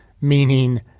meaning